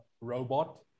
robot